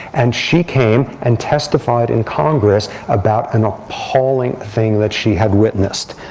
and she came and testified in congress about an appalling thing that she had witnessed,